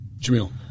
Jamil